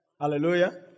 Hallelujah